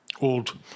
old